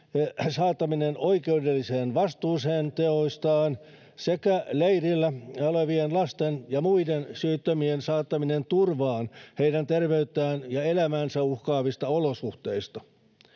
saattaminen oikeudelliseen vastuuseen teoistaan sekä leirillä olevien lasten ja muiden syyttömien saattaminen turvaan heidän terveyttään ja elämäänsä uhkaavista olosuhteista